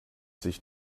sich